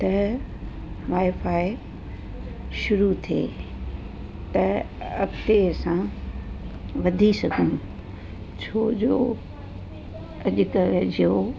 त वाएफाए शुरू थिए त अॻिते सां वधी सघूं छो जो अॼुकल्ह जो